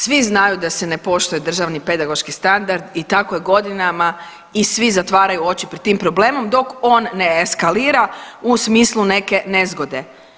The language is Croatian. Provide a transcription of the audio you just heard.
Svi znaju da se ne poštuje državni pedagoški standard i tako je godinama i svi zatvaraju oči pred tim problemom dok on ne eskalira u smislu neke nezgode.